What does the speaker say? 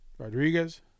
Rodriguez